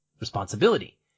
responsibility